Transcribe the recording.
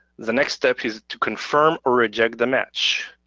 the next step is to confirm or reject the match.